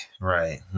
right